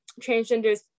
transgenders